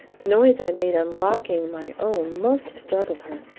the noise i made unlocking my own must have startled her,